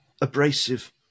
Abrasive